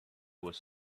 was